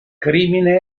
crimine